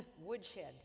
woodshed